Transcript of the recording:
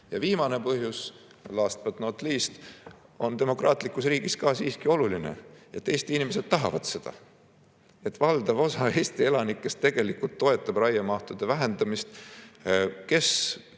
Viimane põhjus, last but not least, on demokraatlikus riigis ka siiski oluline. Eesti inimesed tahavad seda! Valdav osa Eesti elanikest toetab raiemahtude vähendamist: ühed